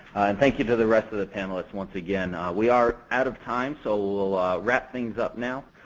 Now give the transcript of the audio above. thank you to the rest of the panelists once again. we are out of time so we'll wrap things up now.